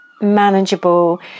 manageable